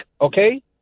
okay